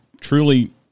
truly